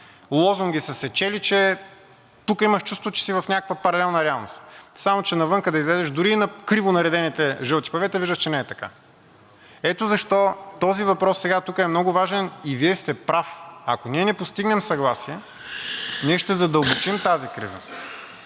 лозунги са се чели, че тук имаш чувството, че си в някаква паралелна реалност. Само че навън да излезеш, дори на криво наредените жълти павета, виждаш, че не е така. Ето защо този въпрос сега тук е много важен и Вие сте прав – ако ние не постигнем съгласие, ние ще задълбочим тази криза.